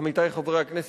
עמיתי חברי הכנסת,